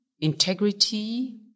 integrity